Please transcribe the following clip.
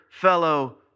fellow